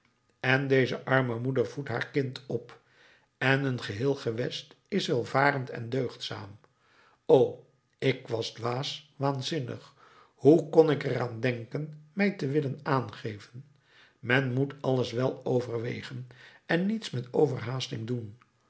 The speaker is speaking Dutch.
en deze arme moeder voedt haar kind op en een geheel gewest is welvarend en deugdzaam o ik was dwaas waanzinnig hoe kon ik er aan denken mij te willen aangeven men moet alles wel overwegen en niets met overhaasting doen